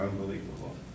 Unbelievable